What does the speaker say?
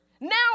now